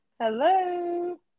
Hello